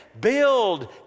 build